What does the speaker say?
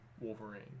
wolverine